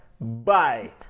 bye